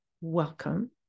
welcome